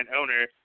owner